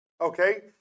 Okay